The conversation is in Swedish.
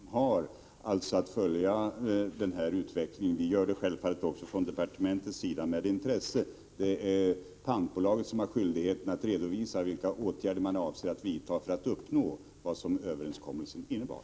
Herr talman! Jag har i mitt svar redovisat hur frågan skall hanteras. Det är alltså lantbruksnämnden som har att följa utvecklingen. Vi gör det självfallet också från departementets sida med intresse. Men det är pantbolaget som har skyldighet att redovisa vilka åtgärder man avser att vidta för att uppnå det som överenskommelsen innebar.